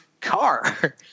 car